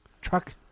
truck